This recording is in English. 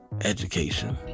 education